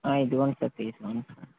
ఇదిగోండి సార్ తీసుకోండి సార్